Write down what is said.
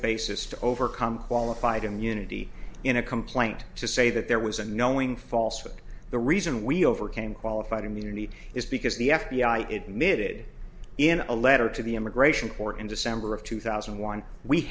basis to overcome qualified immunity in a complaint to say that there was a knowing false what the reason we overcame qualified immunity is because the f b i it mid in a letter to the immigration court in december of two thousand and one we